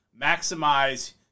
maximize